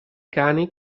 cani